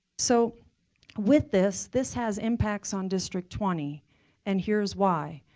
so with this, this has impacts on district twenty and here's why.